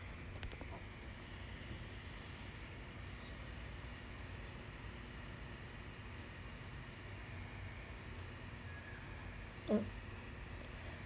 mm